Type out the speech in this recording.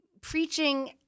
preaching